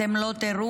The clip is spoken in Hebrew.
אתם לא תראו,